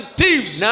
thieves